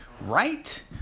right